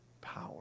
Power